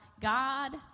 God